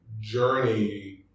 journey